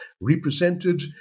represented